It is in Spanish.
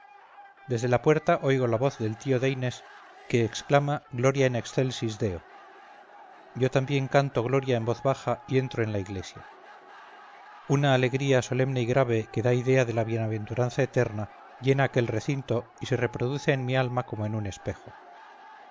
desde la puerta oigo la voz del tío de inés que exclama gloria in excelsis deo yo también canto gloria en voz baja y entro en la iglesia una alegría solemne y grave que da idea de la bienaventuranza eterna llena aquel recinto y se reproduce en mi alma como en un espejo